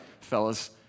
fellas